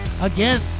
again